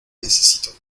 necesito